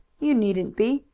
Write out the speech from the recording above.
you needn't be.